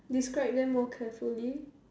describe them more carefully